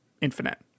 infinite